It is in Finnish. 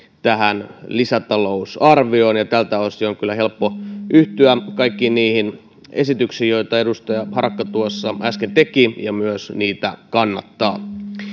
tähän lisätalousarvioon ja ja tältä osin on kyllä helppo yhtyä kaikkiin niihin esityksiin joita edustaja harakka tuossa äsken teki ja myös niitä kannattaa